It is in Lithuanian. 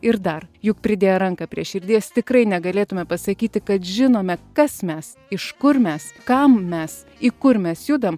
ir dar juk pridėję ranką prie širdies tikrai negalėtume pasakyti kad žinome kas mes iš kur mes kam mes į kur mes judam